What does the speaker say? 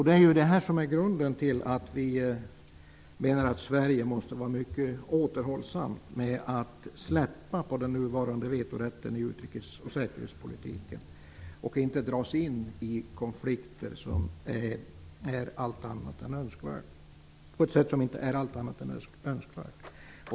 Det är detta som är grunden till att vi menar att Sverige måste vara mycket återhållsamt när det gäller att släppa på den nuvarande vetorätten i den nuvarande utrikes och säkerhetspolitiken och att inte dras in i konflikter på ett sätt som är allt annat än önskvärt.